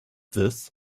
this